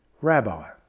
Rabbi